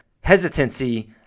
hesitancy